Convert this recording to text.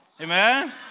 Amen